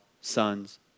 sons